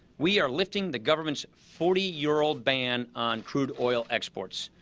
we are lifting the government's forty year old ban on crude oil exports.